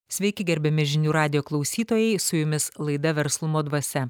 sveiki gerbiami žinių radijo klausytojai su jumis laida verslumo dvasia